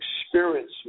experience